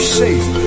safe